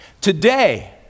today